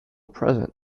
present